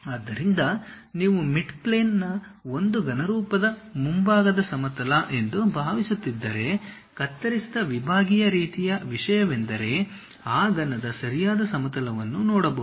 ಆದ್ದರಿಂದ ನೀವು ಮಿಡ್ಪ್ಲೇನ್ನ ಒಂದು ಘನರೂಪದ ಮುಂಭಾಗದ ಸಮತಲ ಎಂದು ಭಾವಿಸುತ್ತಿದ್ದರೆ ಕತ್ತರಿಸಿದ ವಿಭಾಗೀಯ ರೀತಿಯ ವಿಷಯವೆಂದರೆ ಆ ಘನದ ಸರಿಯಾದ ಸಮತಲವನ್ನು ನೋಡಬಹುದು